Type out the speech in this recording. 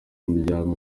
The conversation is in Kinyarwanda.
umuryango